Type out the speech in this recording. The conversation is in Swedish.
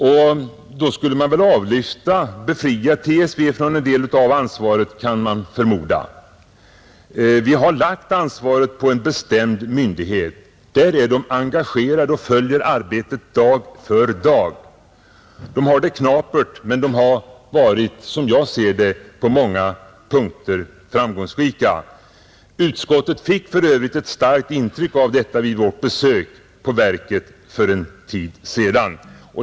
Därmed skulle TSV befrias från en del av ansvaret, kan man förmoda. Vi har lagt ansvaret på en bestämd myndighet; där är man engagerad och följer arbetet dag för dag. Man har det knapert, men man har, som jag ser det, varit framgångsrik på många punkter. Utskottet fick också ett starkt intryck av detta vid sitt besök på verket för en tid sedan.